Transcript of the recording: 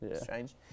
Strange